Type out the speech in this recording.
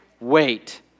wait